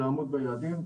ביעדים,